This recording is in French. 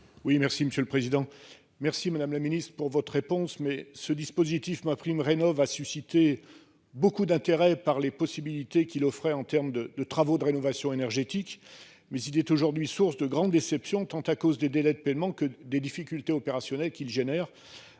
merci Madame la Ministre pour votre réponse. Mais ce dispositif MaPrimeRénov a suscité beaucoup d'intérêt par les possibilités qu'il offrait en termes de de travaux de rénovation énergétique. Mais il est aujourd'hui, source de grande déception tant à cause des délais de paiement que des difficultés opérationnelles qu'il génère.